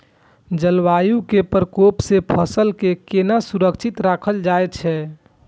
जलवायु के प्रकोप से फसल के केना सुरक्षित राखल जाय छै?